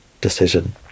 decision